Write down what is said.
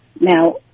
Now